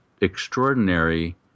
extraordinary